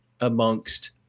amongst